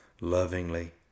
lovingly